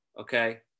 okay